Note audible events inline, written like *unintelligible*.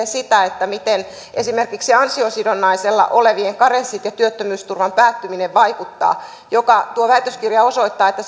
*unintelligible* sitä miten esimerkiksi ansiosidonnaisella olevien karenssit ja työttömyysturvan päättyminen vaikuttavat tuo väitöskirja osoittaa että *unintelligible*